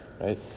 right